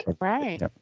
Right